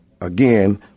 Again